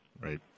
Right